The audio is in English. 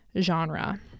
genre